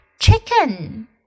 chicken